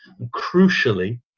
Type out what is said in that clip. Crucially